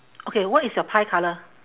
okay what is your pie colour